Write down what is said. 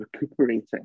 recuperating